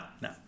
no